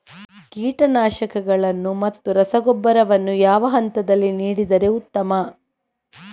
ಕೀಟನಾಶಕಗಳನ್ನು ಮತ್ತು ರಸಗೊಬ್ಬರವನ್ನು ಯಾವ ಹಂತದಲ್ಲಿ ನೀಡಿದರೆ ಉತ್ತಮ?